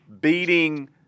beating